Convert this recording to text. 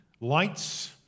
lights